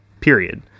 period